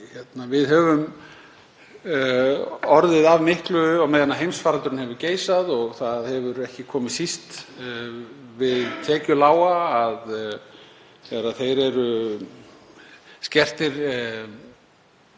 við höfum orðið af miklu á meðan heimsfaraldurinn hefur geisað og það hefur ekki komið síst við tekjulága þegar þeir eru skertir